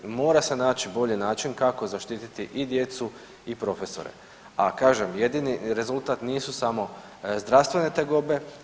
Mora se naći bolji način kako zaštititi i djecu i profesore, a kažem jedini rezultat nisu samo zdravstvene tegobe.